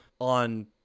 on